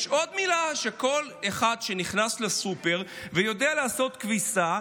יש עוד מילה שכל אחד שנכנס לסופר ויודע לעשות כביסה,